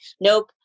nope